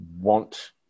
want